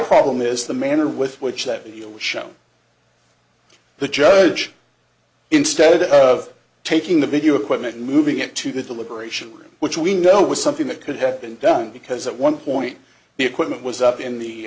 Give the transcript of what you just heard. problem is the manner with which that he'll show the judge instead of taking the video equipment and moving it to the deliberation room which we know was something that could have been done because at one point the equipment was up in the